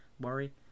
worry